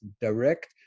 direct